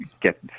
get